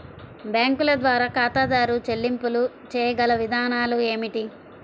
బ్యాంకుల ద్వారా ఖాతాదారు చెల్లింపులు చేయగల విధానాలు ఏమిటి?